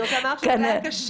אני רוצה לומר שזה היה קשה.